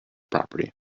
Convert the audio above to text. property